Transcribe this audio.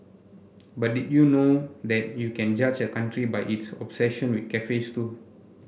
but did you know that you can judge a country by its obsession with cafes too